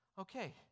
okay